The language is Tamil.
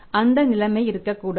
அந்த நிலைமை இருக்கக்கூடாது